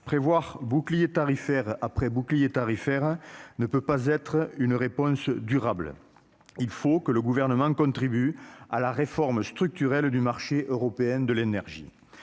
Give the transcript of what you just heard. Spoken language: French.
prévoir bouclier tarifaire après bouclier tarifaire ne peut pas être une réponse durable, il faut que le gouvernement contribue à la réforme structurelle du marché européenne de l'énergie,